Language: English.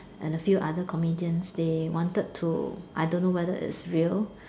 and a few other comedians they wanted to I don't know whether it's real